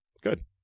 Good